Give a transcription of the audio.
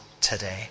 today